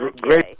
Great